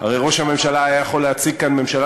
הרי ראש הממשלה היה יכול להציג כאן ממשלה